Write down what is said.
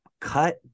cut